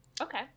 Okay